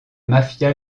mafia